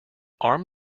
arm